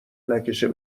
نکشن